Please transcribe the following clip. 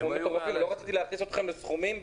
לא רציתי להכניס אתכם לסכומים.